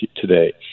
today